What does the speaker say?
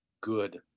good